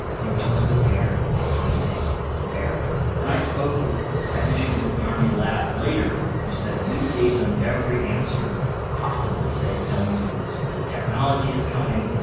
they were told to prepare x two six for burial and i spoke with technicians at the army lab later who said we gave them every answer possible to say don't do this. the technology is coming,